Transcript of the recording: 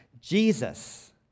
Jesus